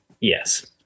Yes